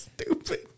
stupid